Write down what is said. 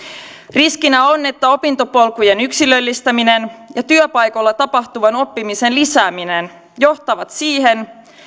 riskinä on että opintopolkujen yksilöllistäminen ja työpaikoilla tapahtuvan oppimisen lisääminen johtavat siihen